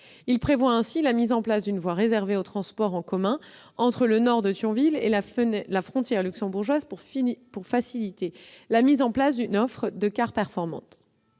Il prévoit ainsi la mise en place d'une voie réservée aux transports en commun entre le nord de Thionville et la frontière luxembourgeoise, afin de faciliter la mise en place d'une offre de transport